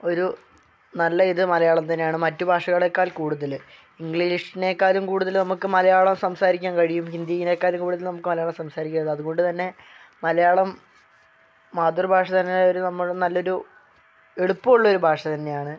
ഒരു നല്ല ഇത് മലയാളം തന്നെയാണ് മറ്റ് ഭാഷകളെക്കാൽ കൂടുതൽ ഇംഗ്ലീഷ്നേക്കാലും കൂടുതൽ നമുക്ക് മലയാളം സംസാരിക്കാൻ കഴിയും ഹിന്ദിനേക്കാളും കൂടുതൽ നമുക്ക് മലയാളം സംസാരിക്കാനാകും അത്കൊണ്ട്തന്നെ മലയാളം മാതൃഭാഷ തന്നെ ഒരു നമ്മള് നല്ലൊരു എളുപ്പം ഉള്ളൊരു ഭാഷ തന്നെയാണ്